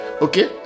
Okay